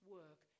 work